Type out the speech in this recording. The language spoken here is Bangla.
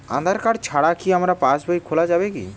আধার কার্ড ছাড়া কি পাসবই খোলা যাবে কি?